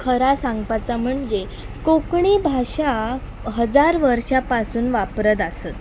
खरां सांगपाचां म्हणजे कोंकणी भाशा हजार वर्सां पासून वापरत आसात